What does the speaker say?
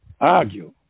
argue